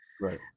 right